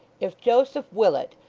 if joseph willet,